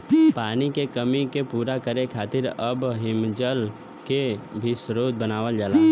पानी के कमी के पूरा करे खातिर अब हिमजल के भी स्रोत बनावल जाला